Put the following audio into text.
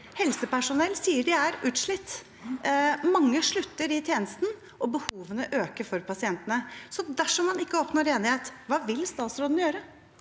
Helsepersonell sier de er utslitt. Mange slutter i tjenesten, og behovene til pasientene øker. Så dersom man ikke oppnår enighet, hva vil statsråden gjøre?